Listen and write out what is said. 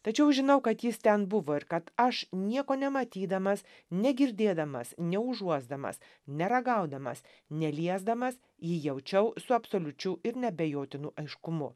tačiau žinau kad jis ten buvo ir kad aš nieko nematydamas negirdėdamas neužuosdamas neragaudamas neliesdamas jį jaučiau su absoliučiu ir neabejotinu aiškumu